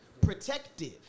protective